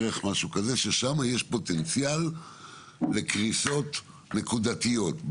שבהם יש פוטנציאל לקריסות נקודתיות,